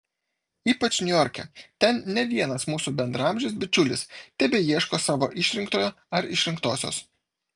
ypač niujorke ten ne vienas mūsų bendraamžis bičiulis tebeieško savo išrinktojo ar išrinktosios